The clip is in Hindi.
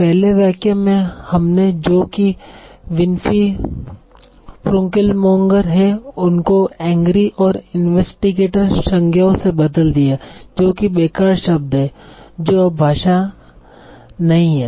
पहले वाक्य में हमने जो कि विनफी प्रूनकीलमोंगर है उनको एंग्री और इन्वेस्टिगेटर संज्ञाओं से बदल दिया है जो कि बेकार शब्द है जो अब भाषा नहीं है